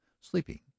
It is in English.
sleeping